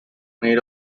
made